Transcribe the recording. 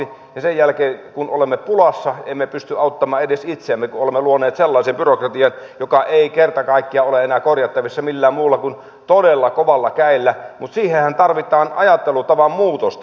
ja sen jälkeen kun olemme pulassa emme pysty auttamaan edes itseämme kun olemme luoneet sellaisen byrokratian joka ei kerta kaikkiaan ole enää korjattavissa millään muulla kuin todella kovalla kädellä mutta siihenhän tarvitaan ajattelutavan muutosta